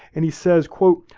and he says, quote,